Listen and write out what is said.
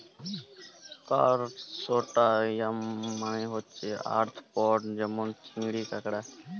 করসটাশিয়াল মালে হছে আর্থ্রপড যেমল চিংড়ি, কাঁকড়া